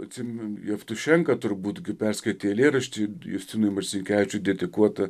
atsimenu jevtušenka turbūt perskaitė eilėraštį justinui marcinkevičiui dedikuotą